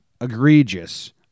Egregious